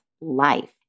life